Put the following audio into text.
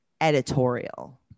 editorial